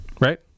right